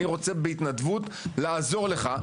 אני רוצה בהתנדבות לעזור לך,